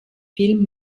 film